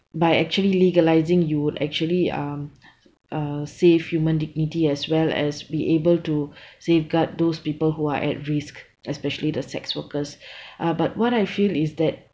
by actually legalising you would actually um uh save human dignity as well as be able to safeguard those people who are at risk especially the sex workers uh but what I feel is that